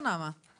בשעה